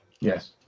Yes